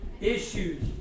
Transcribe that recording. issues